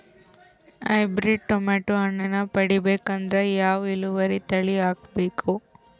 Hybrid tomato ಹಣ್ಣನ್ನ ಪಡಿಬೇಕಂದರ ಯಾವ ಇಳುವರಿ ತಳಿ ಹಾಕಬೇಕು?